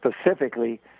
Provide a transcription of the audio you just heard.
specifically